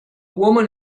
woman